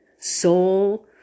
Soul